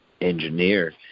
engineer